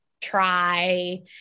try